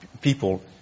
people